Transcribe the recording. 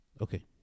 Okay